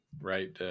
right